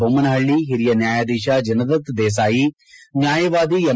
ಬೊಮ್ನಹಳ್ಳಿ ಓರಿಯ ನ್ಯಾಯಾಧೀಶ ಜಿನದತ್ತ ದೇಸಾಯಿ ನ್ಯಾಯವಾದಿ ಎಂ